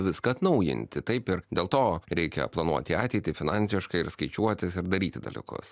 viską atnaujinti taip ir dėl to reikia planuoti ateitį finansiškai ir skaičiuotis ir daryti dalykus